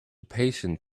impatient